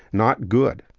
not good.